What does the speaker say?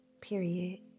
period